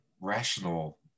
rational